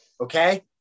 Okay